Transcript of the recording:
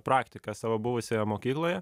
praktiką savo buvusioje mokykloje